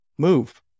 move